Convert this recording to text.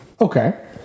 Okay